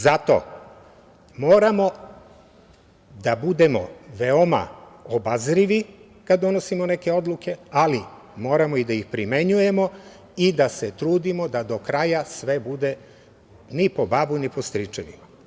Zato moramo da budemo veoma obazrivi kada donosimo neke odluke, ali moramo i da ih primenjujemo i da se trudimo da do kraj sve bude – ni po babu, ni po stričevima.